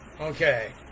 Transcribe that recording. Okay